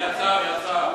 הוא יצא, הוא יצא.